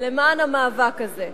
למען המאבק הזה.